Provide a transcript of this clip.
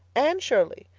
anne shirley.